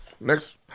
Next